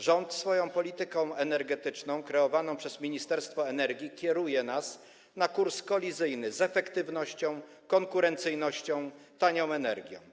Rząd swoją polityką energetyczną kreowaną przez Ministerstwo Energii kieruje nas na kurs kolizyjny z efektywnością, konkurencyjnością, tanią energią.